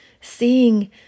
seeing